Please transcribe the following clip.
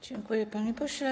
Dziękuję, panie pośle.